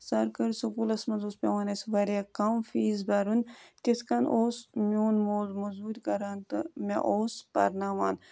سَرکٲرۍ سکوٗلَس منٛز اوس پیٚوان اَسہِ واریاہ کَم فیٖس بَرُن تِتھ کنۍ اوس میون مول مُزوٗرۍ کَران تہٕ مےٚ اوس پَرناوان